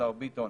השר ביטון